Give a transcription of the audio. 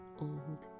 old